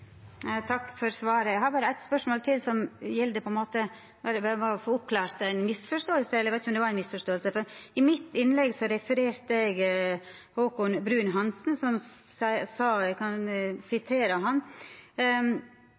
Takk for svaret. Eg har berre eitt spørsmål til. Det gjeld å få oppklart ei misforståing – eg veit ikkje om det var ei misforståing. I innlegget mitt refererte eg Haakon Bruun-Hanssen som sa at det var – og eg